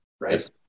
right